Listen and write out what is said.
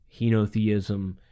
henotheism